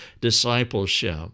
discipleship